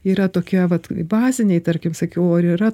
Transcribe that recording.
yra tokie vat baziniai tarkim sakiau ar yra